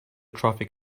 traffic